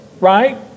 right